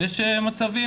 ויש מצבים,